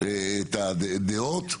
את הדעות,